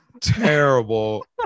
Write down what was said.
terrible